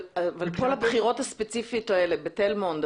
כל הבחירות הספציפיות האלה בתל מונד,